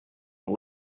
and